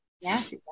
Yes